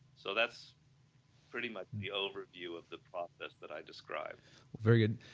so that's pretty much the overview of the process that i describe very good.